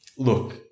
Look